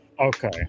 Okay